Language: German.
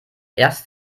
erst